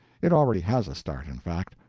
it already has a start, in fact.